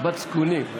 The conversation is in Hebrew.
בת זקונים.